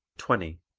twenty.